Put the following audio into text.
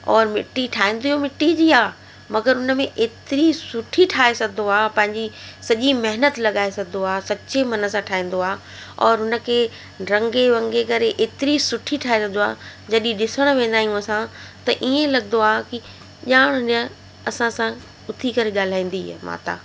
और मिट्टी ठाहींदो मिट्टी जी आहे मगरि हुन में एतिरी सुठी ठाहे सघंदो आहे पंहिंजी सॼी महिनत लॻाए सघंदो आहे सचे मन सां ठाहींदो आहे और हुनखे रंगे वंगे करे एतिरी सुठी ठाहे रखंदो आहे जॾहिं ॾिसण वेंदा आहियूं असां त इएं लॻंदो आहे कि ॼाण हुन असांसां उथी करे ॻाल्हाईंदी इअं माता